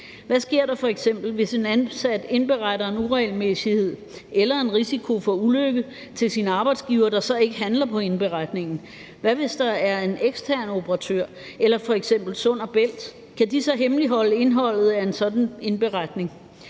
Hvad sker der f.eks., hvis en ansat indberetter en uregelmæssighed eller en risiko for ulykke til sin arbejdsgiver, som så ikke handler på indberetningen? Hvad sker der, hvis det er en ekstern operatør eller f.eks. Sund & Bælt? Kan de så hemmeligholde indholdet af en sådan indberetning?